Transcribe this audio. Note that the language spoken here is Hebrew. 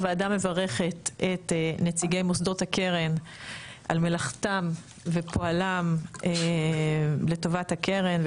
הוועדה מברכת את נציגי מוסדות הקרן על מלאכתם ופועלם לטובת הקרן,